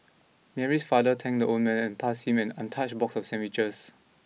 Mary's father thanked the old man and passed him an untouched box of sandwiches